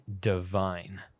divine